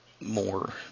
more